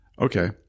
okay